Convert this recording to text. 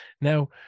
now